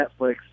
Netflix